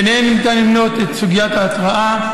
ובהם ניתן למנות את סוגיית ההתרעה,